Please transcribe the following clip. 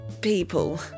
people